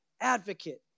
advocate